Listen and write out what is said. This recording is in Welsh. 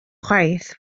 chwaith